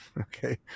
okay